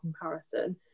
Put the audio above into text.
comparison